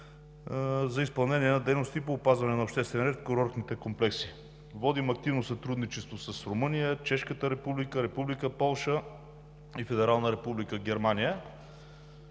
за изпълнение на дейности по опазване на обществения ред в курортните комплекси. Водим активно сътрудничество с Румъния, Чешката република, Република Полша и Федерална република Германия.